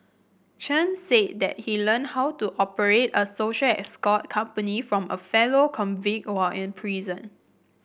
Chen said that he learned how to operate a social escort company from a fellow convict while in prison